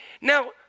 Now